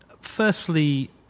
firstly